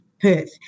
Perth